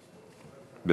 אמסלם,